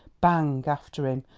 bang! after him,